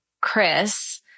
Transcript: Chris